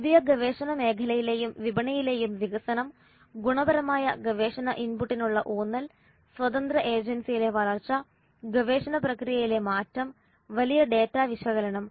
പുതിയ ഗവേഷണ മേഖലയിലെയും വിപണിയിലെയും വികസനം ഗുണപരമായ ഗവേഷണ ഇൻപുട്ടിനുള്ള ഊന്നൽ സ്വതന്ത്ര ഏജൻസിയിലെ വളർച്ച ഗവേഷണ പ്രക്രിയയിലെ മാറ്റം വലിയ ഡാറ്റ വിശകലനം